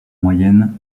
moyenne